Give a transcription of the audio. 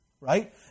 right